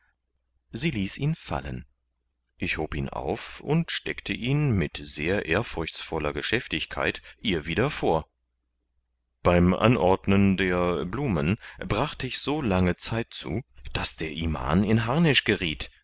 sie ließ ihn fallen ich hob ihn auf und steckte ihn mit sehr ehrfurchtsvoller geschäftigkeit ihr wieder vor beim anordnen der blumen bracht ich so lange zeit zu daß der iman in harnisch gerieth